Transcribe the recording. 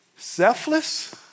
Selfless